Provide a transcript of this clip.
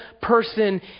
person